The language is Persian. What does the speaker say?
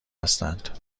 هستند